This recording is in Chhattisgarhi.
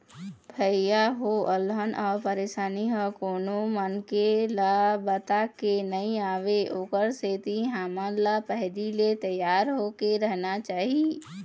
भइया हो अलहन अउ परसानी ह कोनो मनखे ल बताके नइ आवय ओखर सेती हमन ल पहिली ले तियार होके रहना चाही